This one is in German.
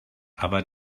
aber